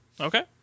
Okay